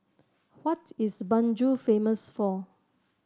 what is Banjul famous for